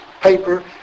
paper